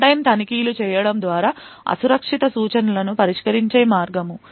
runtime తనిఖీలు చేయడం ద్వారా అసురక్షిత సూచనలను పరిష్కరించే మార్గము